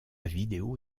vidéo